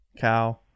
cow